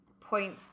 point